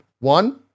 One